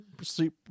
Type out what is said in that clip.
sleep